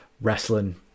Wrestling